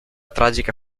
tragica